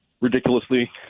ridiculously